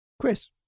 chris